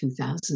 2000